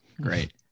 Great